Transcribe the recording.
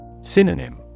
Synonym